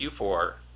Q4